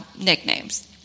nicknames